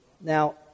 Now